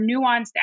nuanced